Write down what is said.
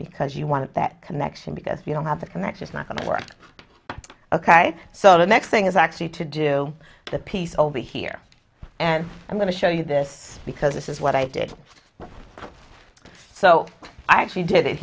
because you want that connection because you don't have the connection is not going to work ok so the next thing is actually to do a piece over here and i'm going to show you this because this is what i did so i actually did it